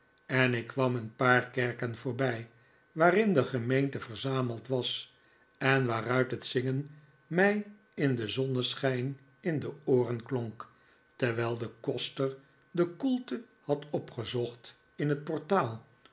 en ik kwam een paar kerken voorbij waarin de gemeente verzameld was en waaruit het gingen mij in den zonneschijn in de ooren klonk terwijl de koster de koelte had opgezocht in het portaal